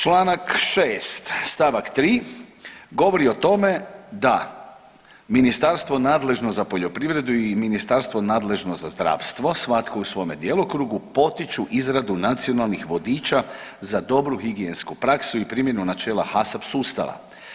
Čl. 6. st. 3. govori o tome da ministarstvo nadležno za poljoprivredu i ministarstvo nadležno za zdravstvo svatko u svome djelokrugu potiču izradu nacionalnih vodiča za dobru higijensku praksu i primjenu načela HACCP sustava.